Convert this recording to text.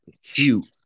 huge